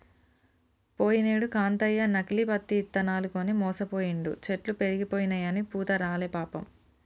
పోయినేడు కాంతయ్య నకిలీ పత్తి ఇత్తనాలు కొని మోసపోయిండు, చెట్లు పెరిగినయిగని పూత రాలే పాపం